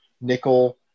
nickel